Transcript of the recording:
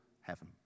heaven